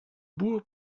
boer